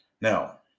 Now